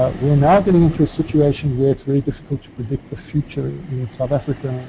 but we're now getting into a situation where it's very difficult to predict the future in south africa